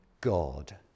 God